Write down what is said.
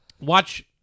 Watch